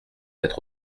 être